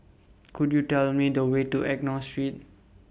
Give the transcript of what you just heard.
Could YOU Tell Me The Way to Enggor Street